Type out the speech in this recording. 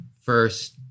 first